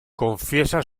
confiesa